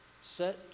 set